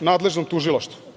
nadležnom tužilaštvu. Važno